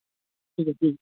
ٹھیک ہے ٹھیک